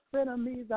enemies